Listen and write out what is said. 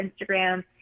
Instagram